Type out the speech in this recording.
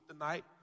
tonight